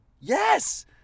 Yes